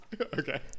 Okay